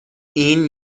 این